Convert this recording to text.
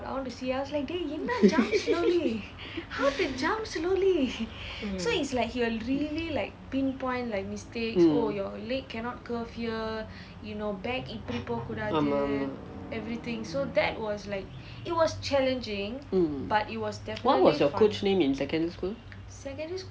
mm ஆமாம் ஆமாம்:aamaam aamaam mm what was your coach name in secondary school